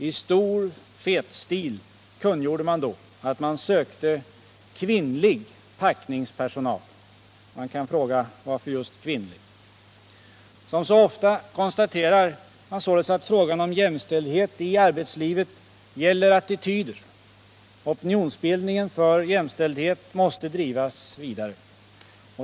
I stor fet stil kungjorde man då att man sökte kvinnlig packningspersonal. Varför just kvinnlig? Som så ofta konstaterar man således att frågan om jämställdhet i arbetslivet gäller attityder. Opinionsbildningen för jämställdhet måste drivas vidare.